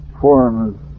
forms